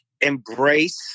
embrace